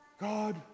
God